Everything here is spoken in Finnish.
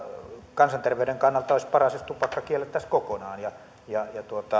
kansanterveyden kannalta olisi paras jos tupakka kiellettäisiin kokonaan ja ja